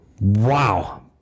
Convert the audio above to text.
Wow